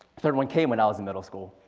third one came when i was in middle school.